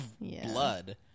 blood